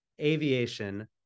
aviation